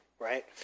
Right